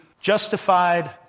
justified